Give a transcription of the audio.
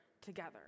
together